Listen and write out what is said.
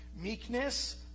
Meekness